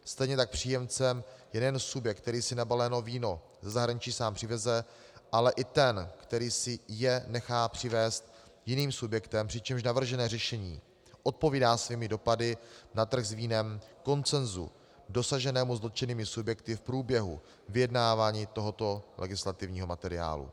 Stejně tak příjemcem je jeden subjekt, který si nebalené víno ze zahraniční sám přiveze, ale i ten, který si jej nechá přivést jiným subjektem, přičemž navržené řešení odpovídá svými dopady na trh s vínem konsenzu dosaženému s dotčenými subjekty v průběhu vyjednávání tohoto legislativního materiálu.